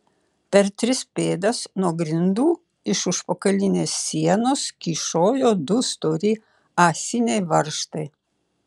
per tris pėdas nuo grindų iš užpakalinės sienos kyšojo du stori ąsiniai varžtai